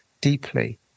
deeply